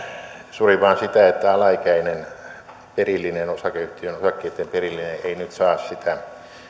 surin vain sitä että alaikäinen perillinen osakeyhtiön osakkeitten perillinen ei nyt saa sitä